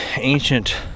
ancient